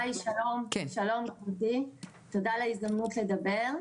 היי שלום, תודה על ההזדמנות לדבר.